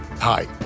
Hi